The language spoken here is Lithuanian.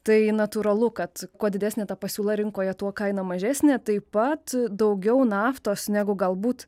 tai natūralu kad kuo didesnė ta pasiūla rinkoje tuo kaina mažesnė taip pat daugiau naftos negu galbūt